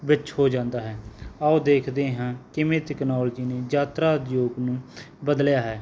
ਵਿੱਚ ਹੋ ਜਾਂਦਾ ਹੈ ਆਓ ਦੇਖਦੇ ਹਾਂ ਕਿਵੇਂ ਤਿਕਨੋਲਜੀ ਨੇ ਯਾਤਰਾ ਉਦਯੋਗ ਨੂੰ ਬਦਲਿਆ ਹੈ